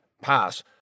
pass